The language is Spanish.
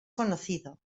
conocido